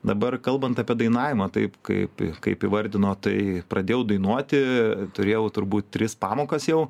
dabar kalbant apie dainavimą taip kaip kaip įvardino tai pradėjau dainuoti turėjau turbūt tris pamokas jau